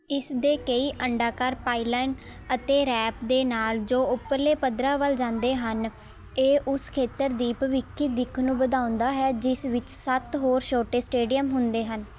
ਇਸ ਦੇ ਕਈ ਅੰਡਾਕਾਰ ਪਾਈਲਨ ਅਤੇ ਰੈਪ ਦੇ ਨਾਲ ਜੋ ਉੱਪਰਲੇ ਪੱਧਰਾਂ ਵੱਲ ਜਾਂਦੇ ਹਨ ਇਹ ਉਸ ਖੇਤਰ ਦੀ ਭਵਿੱਖੀ ਦਿੱਖ ਨੂੰ ਵਧਾਉਂਦਾ ਹੈ ਜਿਸ ਵਿੱਚ ਸੱਤ ਹੋਰ ਛੋਟੇ ਸਟੇਡੀਅਮ ਹੁੰਦੇ ਹਨ